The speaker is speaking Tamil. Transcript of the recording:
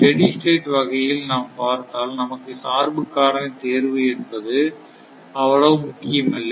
ஸ்டெடி ஸ்டேட் வகையில் நாம் பார்த்தால் நமக்கு சார்பு காரணி தேர்வு என்பது அவ்வளவு முக்கியமில்லை